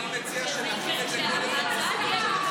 אני מציע שנחיל את זה קודם על המוסדות שלכם.